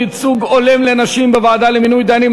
ייצוג הולם לנשים בוועדה למינוי דיינים),